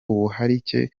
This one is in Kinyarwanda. ubuharike